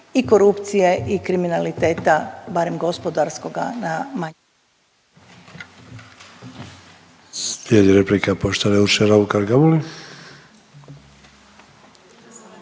i korupcije i kriminaliteta barem gospodarskoga na manje.